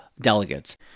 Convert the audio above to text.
delegates